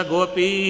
Gopi